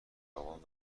بابام